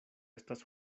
estas